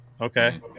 Okay